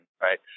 right